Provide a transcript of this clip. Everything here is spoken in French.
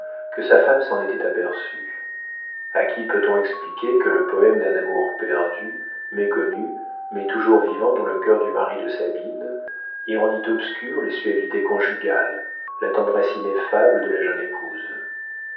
que sa femme s'en était aperçue a qui peut-on expliquer que le poëme d'un amour perdu méconnu mais toujours vivant dans le cœur du mari de sabine y rendit obscures les suavités conjugales la tendresse ineffable de la jeune épouse